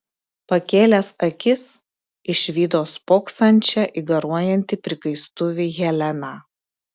pakėlęs akis išvydo spoksančią į garuojantį prikaistuvį heleną